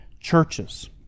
churches